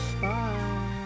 Bye